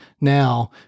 now